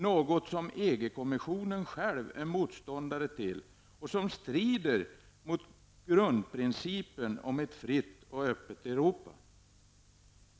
Något som EG-kommissionen själv är motståndare till och som strider mot grundprincipen om ett fritt och öppet Europa.